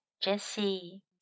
Jessie